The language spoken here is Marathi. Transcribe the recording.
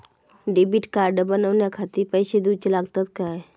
डेबिट कार्ड बनवण्याखाती पैसे दिऊचे लागतात काय?